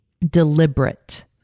deliberate